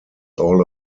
all